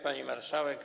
Pani Marszałek!